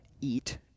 eat